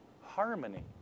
harmony